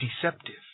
deceptive